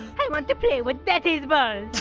i want to play with daddy's balls!